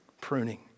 Pruning